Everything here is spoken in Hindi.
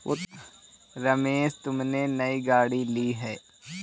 रमेश तुमने नई गाड़ी ली हैं